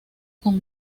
con